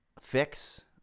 fix